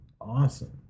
Awesome